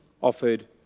offered